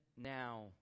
now